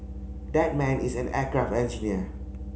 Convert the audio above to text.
that man is an aircraft engineer